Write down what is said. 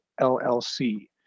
LLC